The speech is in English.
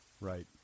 Right